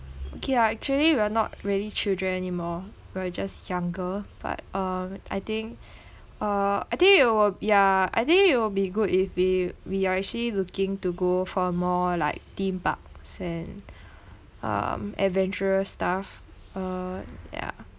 okay ah actually we are not really children anymore we're just younger but um I think uh I think it will ya I think it'll be good if we we are actually looking to go for a more like theme parks and um adventurous stuff uh ya